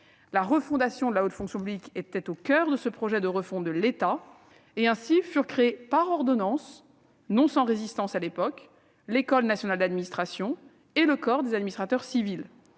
La refondation de la haute fonction publique était au coeur de ce projet de restauration de l'État. Ainsi furent créés par ordonnance, non sans résistance à l'époque, l'École nationale d'administration et le corps des administrateurs civils.